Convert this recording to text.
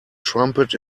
trumpet